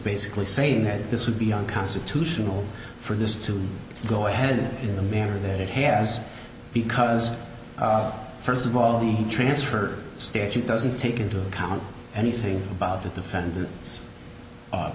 basically saying that this would be unconstitutional for this to go ahead in the manner that it has because first of all the transfer statute doesn't take into account anything about the defendant's